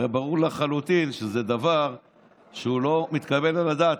הרי ברור לחלוטין שזה דבר שלא מתקבל על הדעת.